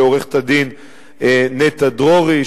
לעורכת-הדין נטע דרורי,